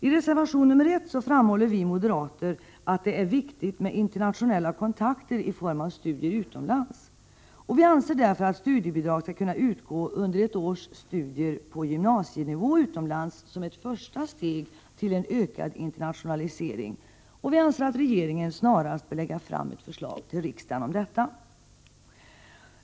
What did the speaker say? I reservation 1 framhåller vi moderater att det är viktigt med internationella kontakter i form av studier utomlands. Vi anser därför att studiebidrag skall kunna utgå under ett års studier på gymnasienivå utomlands som ett första steg mot en ökad internationalisering. Vi anser också att regeringen snarast bör lägga fram ett förslag för riksdagen om detta.